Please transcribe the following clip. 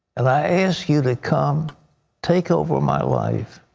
and i ask you to come take over my life.